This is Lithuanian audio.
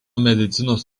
medicinos